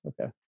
Okay